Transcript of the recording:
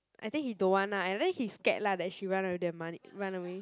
I think he don't want lah and then he scared lah that she run away with the money run away